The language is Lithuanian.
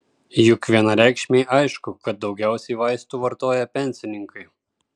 juk vienareikšmiai aišku kad daugiausiai vaistų vartoja pensininkai